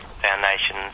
foundation